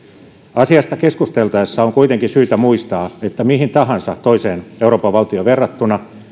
asiasta keskusteltaessa on kuitenkin syytä muistaa että mihin tahansa toiseen euroopan valtioon verrattuna